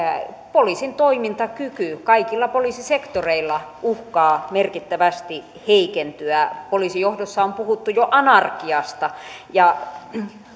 poliisin toimintakyky kaikilla poliisisektoreilla uhkaa merkittävästi heikentyä poliisijohdossa on puhuttu jo anarkiasta kun